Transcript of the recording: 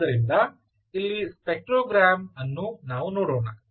ಆದ್ದರಿಂದ ಇಲ್ಲಿ ಸ್ಪೆಕ್ಟ್ರೋಗ್ರಾಮ್ ಅನ್ನು ನಾವು ನೋಡೋಣ